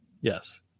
Yes